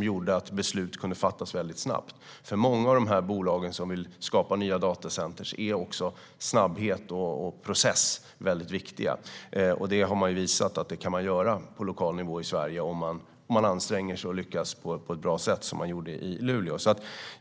Det gjorde att beslut kunde fattas väldigt snabbt. För många av de bolag som vill skapa nya datacenter är snabbhet och process väldigt viktigt, och det har man visat att man kan göra på lokal nivå i Sverige - om man anstränger sig för att lyckas på ett bra sätt, som man gjorde i Luleå.